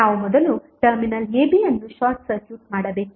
ನಾವು ಮೊದಲು terminal ab ಅನ್ನು ಶಾರ್ಟ್ ಸರ್ಕ್ಯೂಟ್ ಮಾಡಬೇಕು